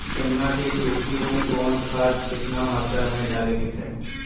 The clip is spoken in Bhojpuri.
गन्ना के खेती में कवन खाद केतना मात्रा में डाले के चाही?